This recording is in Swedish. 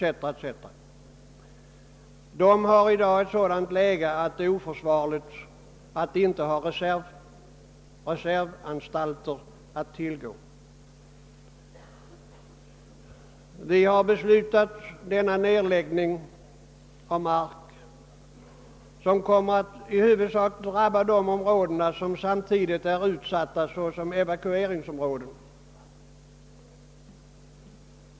Dessa har i dag ett sådant läge att det är oförsvarligt att inte ha reservanstalter att tillgå. Beslut har fattats om en nedläggning av åkerjord, som i huvudsak kommer att drabba de områden som samtidigt är utsatta som evakueringsområden.